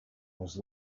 was